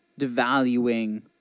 devaluing